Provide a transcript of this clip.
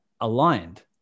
aligned